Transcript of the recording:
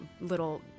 little